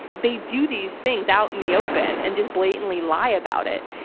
they do these things out in the open and just blatantly lie about it.